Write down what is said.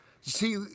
See